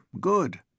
good